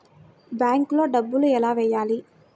బ్యాంక్లో డబ్బులు ఎలా వెయ్యాలి?